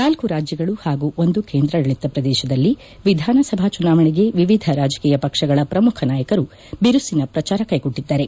ನಾಲ್ಕು ರಾಜ್ಯಗಳು ಹಾಗೂ ಒಂದು ಕೇಂದ್ರಾಡಳಿತ ಪ್ರದೇಶದಲ್ಲಿ ವಿಧಾನಸಭಾ ಚುನಾವಣೆಗೆ ವಿವಿಧ ರಾಜಕೀಯ ಪಕ್ಷಗಳ ಪ್ರಮುಖ ನಾಯಕರು ಬಿರುಸಿನ ಪ್ರಚಾರ ಕೈಗೊಂಡಿದ್ದಾರೆ